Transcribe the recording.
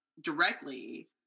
directly